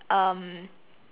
um